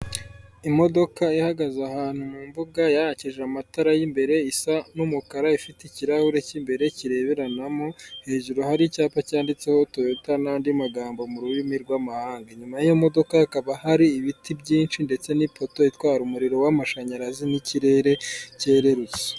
Imodoka ihagaze ahantu mu mbuga, yakije amatara y'imbere, isa n'umukara, ifite ikirahure cy'imbere kireberanamo, hejuru hari icyapa cyanditseho toyota n'andi magambo mu rurimi rw'amahanga, inyuma y'iyo modoka hakaba hari ibiti byinshi, ndetse n'ipoto itwara umuriro w'amashanyarazi, n'ikirere cyererutse.